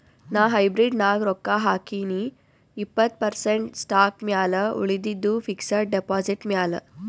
ನಾ ಹೈಬ್ರಿಡ್ ನಾಗ್ ರೊಕ್ಕಾ ಹಾಕಿನೀ ಇಪ್ಪತ್ತ್ ಪರ್ಸೆಂಟ್ ಸ್ಟಾಕ್ ಮ್ಯಾಲ ಉಳಿದಿದ್ದು ಫಿಕ್ಸಡ್ ಡೆಪಾಸಿಟ್ ಮ್ಯಾಲ